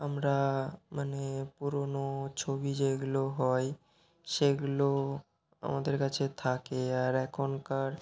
আমরা মানে পুরনো ছবি যেগুলো হয় সেগুলো আমাদের কাছে থাকে আর এখনকার